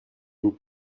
vous